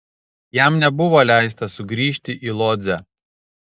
jam nebuvo leista sugrįžti į lodzę